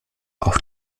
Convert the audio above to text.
auf